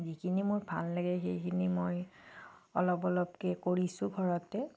যিখিনি মোৰ ভাল লাগে সেইখিনি মই অলপ অলপকৈ কৰিছো ঘৰতে